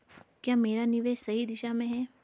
क्या मेरा निवेश सही दिशा में है?